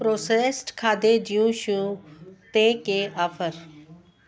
processed खाधे जूं शयूं ते के आफर